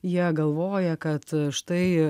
jie galvoja kad štai